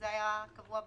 זה היה קבוע בחוק.